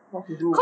what he do